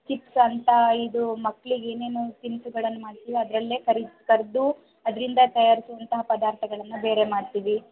chips ಅಂತ ಇದು ಮಕ್ಕಳಿಗೆ ಏನೇನು ತಿನಿಸುಗಳನ್ನು ಮಾಡ್ತೀವೋ ಅದರಲ್ಲೇ ಕರಿದ್ ಕರಿದು ಅದರಿಂದ ತಯಾರಿಸಿದಂತಹ ಪದಾರ್ಥಗಳನ್ನು ಬೇರೆ ಮಾಡ್ತೀವಿ